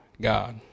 God